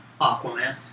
Aquaman